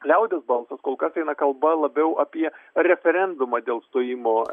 liaudies balsas kol kas eina kalba labiau apie referendumą dėl stojimo